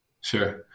Sure